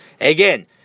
Again